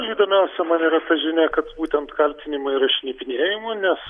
įdomiausia man yra ta žinia kad būtent kaltinimai yra šnipinėjimu nes